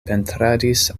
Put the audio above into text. pentradis